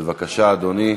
בבקשה, אדוני.